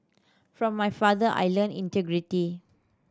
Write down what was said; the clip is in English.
from my father I learnt integrity